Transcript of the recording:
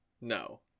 No